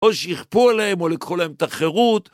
או שיכפו עליהם, או לקחו להם את החירות.